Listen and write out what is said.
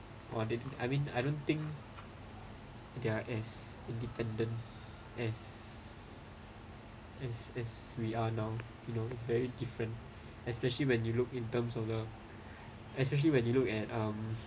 or they I mean I don't think they're as independent as as as we are now you know it's very different especially when you look in terms of the especially when you look at um